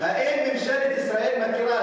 האם ממשלת ישראל מכירה,